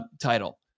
title